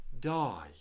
die